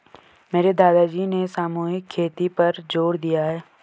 मेरे दादाजी ने सामूहिक खेती पर जोर दिया है